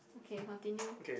okay continue